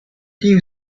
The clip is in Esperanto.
tiu